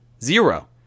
zero